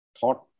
thought